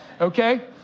okay